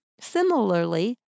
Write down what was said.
similarly